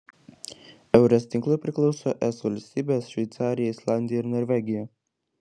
eures tinklui priklauso es valstybės šveicarija islandija ir norvegija